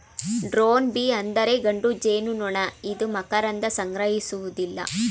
drone bee ಅಂದರೆ ಗಂಡು ಜೇನುನೊಣ ಇದು ಮಕರಂದ ಸಂಗ್ರಹಿಸುವುದಿಲ್ಲ